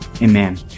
Amen